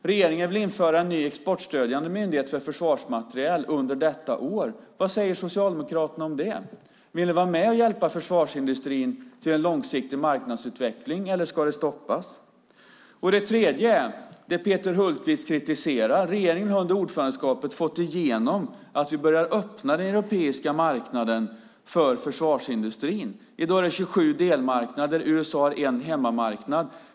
Regeringen vill införa en ny, exportstödjande myndighet för försvarsmateriel under detta år. Vad säger Socialdemokraterna om det? Vill ni vara med och hjälpa försvarsindustrin till en långsiktig marknadsutveckling, eller ska det stoppas? Peter Hultqvist kritiserar att regeringen under ordförandeskapet har fått igenom att vi börjar öppna den europeiska marknaden för försvarsindustrin. I dag är det 27 delmarknader. USA har en hemmamarknad.